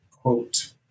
quote